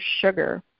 sugar